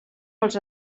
els